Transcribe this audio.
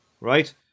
right